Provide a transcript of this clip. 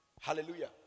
Hallelujah